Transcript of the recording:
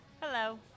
Hello